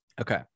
Okay